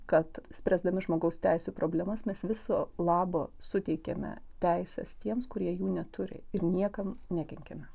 kad spręsdami žmogaus teisių problemas mes viso labo suteikiame teises tiems kurie jų neturi ir niekam nekenkiame